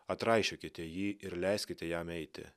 atraišiokite jį ir leiskite jam eiti